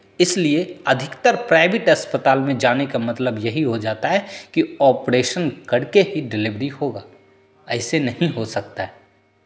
इसलिए अधिकतर प्राइवेट अस्पताल में जाने का मतलब यही हो जाता है कि ऑपरेशन कर के ही डिलीवरी होगा ऐसे नहीं हो सकता है